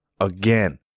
Again